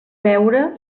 veure